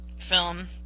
film